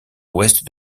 l’ouest